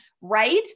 Right